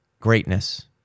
greatness